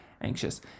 anxious